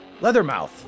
Leathermouth